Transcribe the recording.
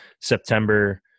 September